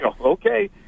Okay